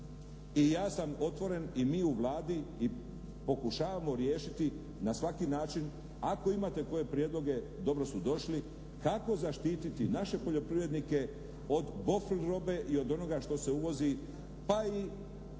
i ja sam otvoren i mi u Vladi, pokušavamo riješiti na svaki način, ako imate koje prijedloge dobro su došli, kako zaštititi naše poljoprivrednike od ofrlj robe i od onoga što se uvozi pa i